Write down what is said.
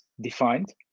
defined